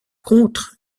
contre